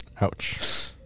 Ouch